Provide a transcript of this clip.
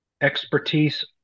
Expertise